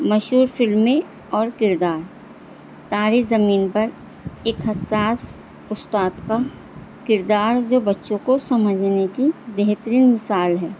مشہور فلمیں اور کردار تار زمین پر ایک حساس استاطقہ کردار جو بچوں کو سمجھ لینے کی بہترین مثال ہے